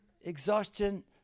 exhaustion